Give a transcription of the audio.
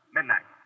Midnight